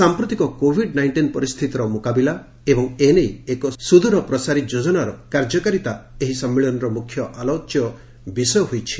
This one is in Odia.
ସାମ୍ପ୍ରତିକ କୋଭିଡ୍ ନାଇକ୍ଷିନ୍ ପରିସ୍ଥିତିର ମ୍ରକାବିଲା ଏବଂ ଏ ନେଇ ଏକ ସୁଦୂଢ଼ ପ୍ରସାରୀ ଯୋଜନାର କାର୍ଯ୍ୟକାରିତା ଏହି ସମ୍ମିଳନୀର ମୁଖ୍ୟ ଆଲୋଚ୍ୟ ବିଷୟ ହୋଇଛି